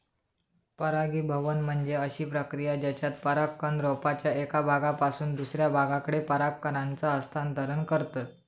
परागीभवन म्हणजे अशी प्रक्रिया जेच्यात परागकण रोपाच्या एका भागापासून दुसऱ्या भागाकडे पराग कणांचा हस्तांतरण करतत